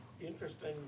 interesting